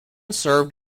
served